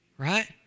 right